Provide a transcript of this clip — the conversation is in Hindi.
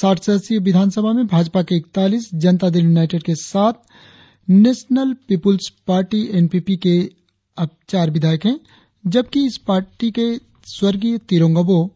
साठ सदस्यीय विधानसभा में भाजपा के इकतालीस जनतादल यूनाईटेड के सात National People's Party N P P के अब चार विधायक है जबकि इसी पार्टी के स्वर्गीय तिरोंग आबोह